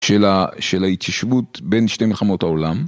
של ההתיישבות בין שתי מחמות העולם.